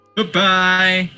Goodbye